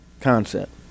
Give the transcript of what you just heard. concept